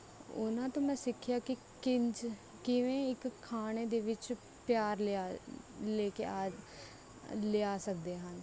ਉਹਨਾਂ ਤੋਂ ਮੈਂ ਸਿੱਖਿਆ ਕਿ ਕਿੰਝ ਕਿਵੇਂ ਇੱਕ ਖਾਣੇ ਦੇ ਵਿੱਚ ਪਿਆਰ ਲਿਆ ਲੈ ਕੇ ਆ ਲਿਆ ਸਕਦੇ ਹਾਂ